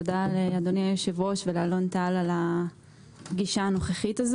תודה לאדוני היושב-ראש ולאלון טל על הישיבה הנוכחית.